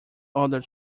other